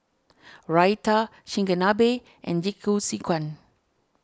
Raita Chigenabe and Jingisukan